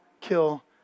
kill